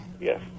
Yes